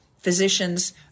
physicians